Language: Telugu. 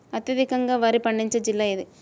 అత్యధికంగా వరి పండించే జిల్లా ఏది?